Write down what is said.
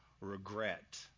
regret